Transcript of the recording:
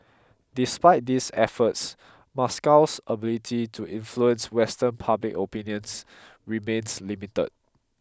despite these efforts Moscow's ability to influence Western public opinions remains limited